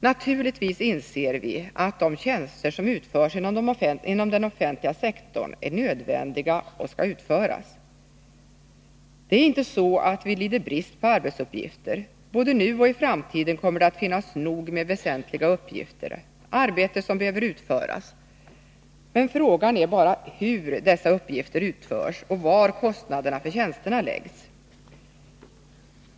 Naturligtvis inser vi att de tjänster som utförs inom den offentliga sektorn är nödvändiga och skall utföras. Det är inte så att vi lider brist på arbetsuppgifter. Både nu och i framtiden kommer det att finnas nog med väsentliga uppgifter, arbete som behöver utföras, men frågan är bara hur dessa uppgifter utförs och var kostnaderna för tjänsterna läggs.